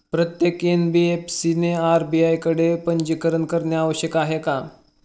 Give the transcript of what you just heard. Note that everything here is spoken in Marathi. प्रत्येक एन.बी.एफ.सी ने आर.बी.आय कडे पंजीकरण करणे आवश्यक आहे का?